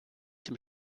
dem